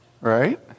right